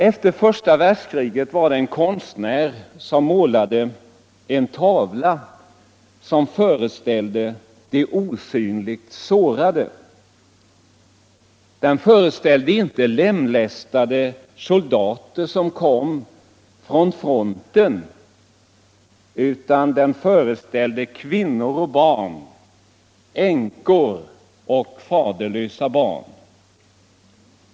Efter första världskriget målade en konstnär en tavla som föreställde de osynligt sårade. Den föreställde inte lemlästade soldater som kom från fronten utan kvinnor och barn — änkor och faderlösa.